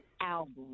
album